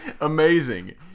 amazing